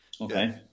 Okay